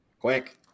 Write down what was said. Quick